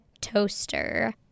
toaster